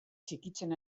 txikitzen